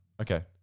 Okay